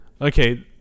Okay